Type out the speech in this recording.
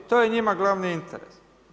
To je njima glavni interes.